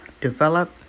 develop